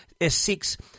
S6